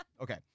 Okay